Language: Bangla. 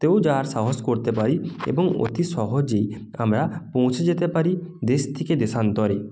তেও যাওয়ার সাহস করতে পারি এবং অতি সহজেই আমরা পৌঁছে যেতে পারি দেশ থিকে দেশান্তরে